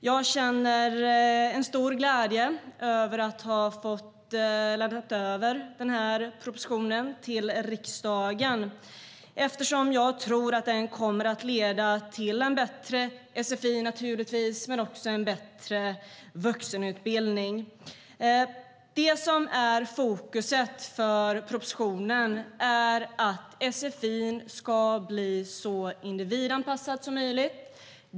Jag känner en stor glädje över att ha fått lämna över den här propositionen till riksdagen, eftersom jag tror att den kommer att leda till en bättre sfi och en bättre vuxenutbildning. Det som är i fokus för propositionen är att sfi:n ska bli så individanpassad som möjligt.